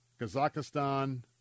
Kazakhstan